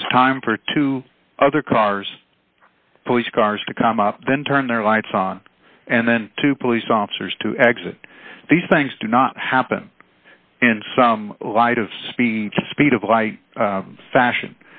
it was time for two other cars police cars to come up then turn their lights on and then two police officers to exit these things do not happen in some light of speech speed of light fashion